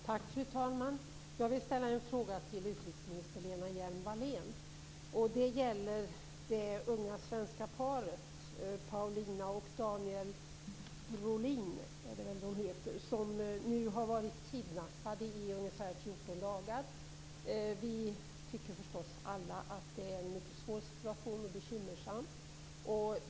Fru talman! Jag vill ställa en fråga till utrikesminister Lena Hjelm-Wallén. Den gäller det unga svenska paret, Paulina och Daniel Brolin som kidnappades för ca 14 dagar sedan. Alla tycker förstås att det är en mycket svår och bekymmersam situation.